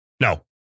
No